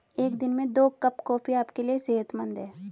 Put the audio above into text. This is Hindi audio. एक दिन में दो कप कॉफी आपके लिए सेहतमंद है